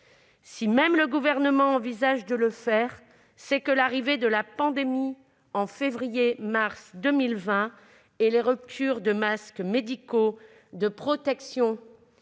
Si même le Gouvernement envisage de le faire, c'est que l'arrivée de la pandémie, en février-mars 2020, les ruptures de stock de masques médicaux de protection,